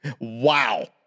wow